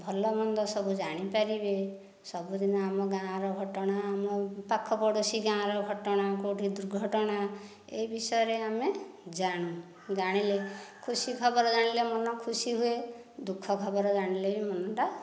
ଭଲ ମନ୍ଦ ସବୁ ଜାଣିପାରିବେ ସବୁଦିନ ଆମ ଗାଁର ଘଟଣା ଆମ ପାଖ ପଡ଼ୋଶୀ ଗାଁର ଘଟଣା କେଉଁଠି ଦୁର୍ଘଟଣା ଏଇ ବିଷୟରେ ଆମେ ଜାଣୁ ଜାଣିଲେ ଖୁସି ଖବର ଜାଣିଲେ ମନ ଖୁସି ହୁଏ ଦୁଃଖ ଖବର ଜାଣିଲେ ମନଟା